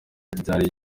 byari